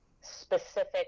specific